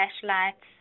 flashlights